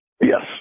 Yes